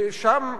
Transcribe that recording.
ושם,